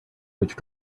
which